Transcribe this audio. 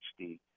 HD